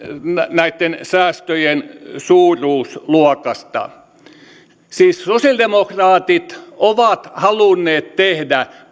näitten säästöjen suuruusluokasta siis sosialidemokraatit ovat halunneet tehdä